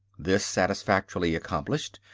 this satisfactorily accomplished,